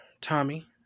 Tommy